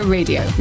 Radio